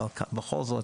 אבל בכל זאת,